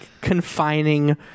confining